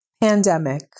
pandemic